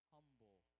Humble